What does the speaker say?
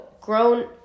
grown